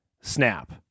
snap